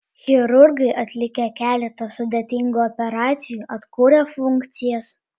chirurgai atlikę keletą sudėtingų operacijų atkūrė funkcijas